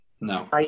No